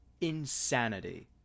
Insanity